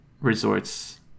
resorts